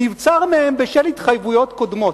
נבצר מהם בשל התחייבויות קודמות.